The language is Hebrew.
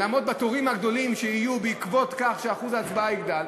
לעמוד בתורים הגדולים שיהיו בעקבות כך שאחוז ההצבעה יגדל,